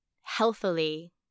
healthily